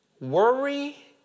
Worry